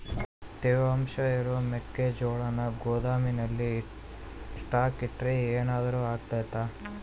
ತೇವಾಂಶ ಇರೋ ಮೆಕ್ಕೆಜೋಳನ ಗೋದಾಮಿನಲ್ಲಿ ಸ್ಟಾಕ್ ಇಟ್ರೆ ಏನಾದರೂ ಅಗ್ತೈತ?